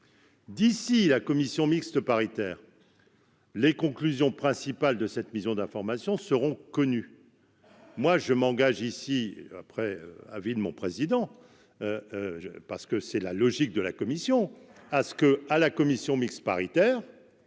D'ici, la commission mixte paritaire les conclusions principales de cette mission d'information seront connus, moi je m'engage ici après à vide mon président parce que c'est la logique de la commission, à ce que, à la commission mixte paritaire,